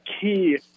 key